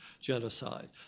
genocide